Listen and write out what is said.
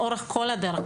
לאורך כל הדרך,